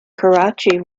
karachi